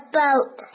boat